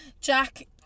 Jack